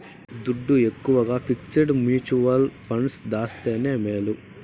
దుడ్డు ఎక్కవగా fixed mutual funds దాస్తేనే మేలు